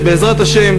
ובעזרת השם